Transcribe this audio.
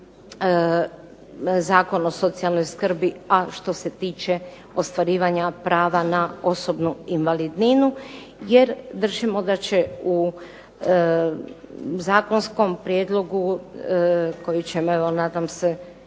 Zakon o socijalnoj skrbi, a što se tiče ostvarivanja prava na osobnu invalidninu. Jer držimo da će u zakonskom prijedlogu koji ćemo evo nadam se